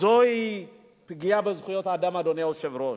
זוהי פגיעה בזכויות האדם, אדוני היושב-ראש.